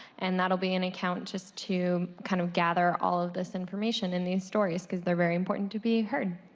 and that will be an account to kind of gather all of this information in the stories. because they are very important to be heard.